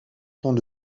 temps